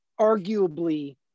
arguably